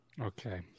Okay